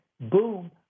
boom